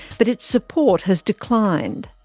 but its support has declined.